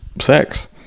sex